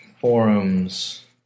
forums